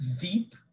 veep